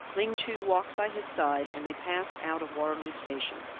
ling chu walked by his side, and they passed out of waterloo station.